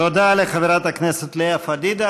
תודה לחברת הכנסת לאה פדידה.